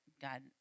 God